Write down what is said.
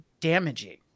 damaging